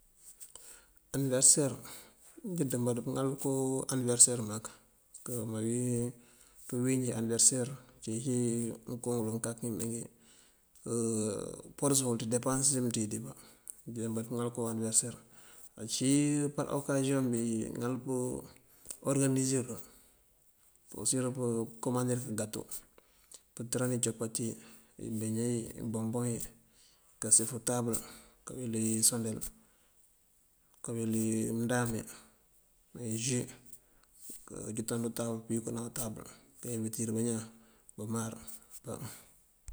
Aniverëseer, injí dëmbaţ pëëŋal kúu aniverëseer mak parsëkëë. Ţí biinjí aniverëseer ajeenj ngënko ngëloŋ kak ngiimengí pëwatës ngul kak dí deepáas dimëënţíj dí bá, injí dëmbaţ pëëŋal ngënko aniverëser. Uncíi par okasiyoŋ biiŋal pëëhorëngáanisír apurësirir pëëkúmandir ingato, pëntërin icopatí, iboomboŋ iyi kaaţú untabël, kaweli unsoŋdeel, kaweli mëëndáan, nájúu káanjunkan dí untabël pëëyunkaanaan untabël, kee wiitar bañaan bëmaar aba.